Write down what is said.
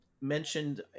mentioned